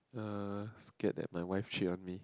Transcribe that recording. er scared that my wife she want me